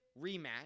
rematch